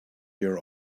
your